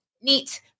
neat